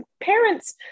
parents